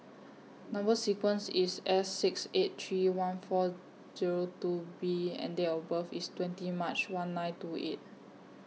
Number sequence IS S six eight three one four Zero two B and Date of birth IS twenty March one nine two eight